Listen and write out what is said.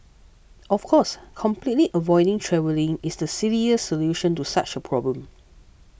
of course completely avoiding travelling is the silliest solution to such a problem